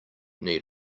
need